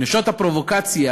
נשות הפרובוקציה,